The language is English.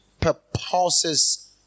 purposes